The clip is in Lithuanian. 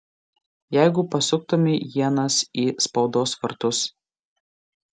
jeigu pasuktumei ienas į spaudos vartus